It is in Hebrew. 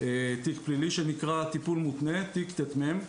תיק פלילי שנקראת טיפול מותנה, תיק ט"מ.